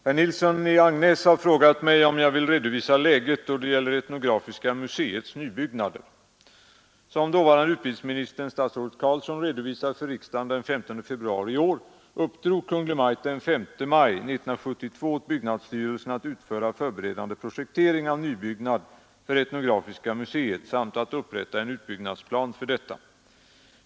Herr talman! Herr Nilsson i Agnäs har frågat mig om jag vill redovisa läget då det gäller etnografiska museets nybyggnader. Som dåvarande utbildningsministern, statsrådet Carlsson, redovisade för riksdagen den 15 februari i år, uppdrog Kungl. Maj:t den 5 maj 1972 åt byggnadsstyrelsen att utföra förberedande projektering av nybyggnad för etnografiska museet samt att upprätta en utbyggnadsplan för detta.